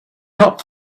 not